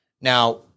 Now